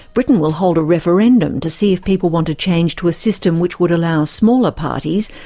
britain will hold a referendum to see if people want to change to a system which would allow smaller parties,